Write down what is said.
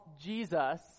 Jesus